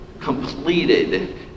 completed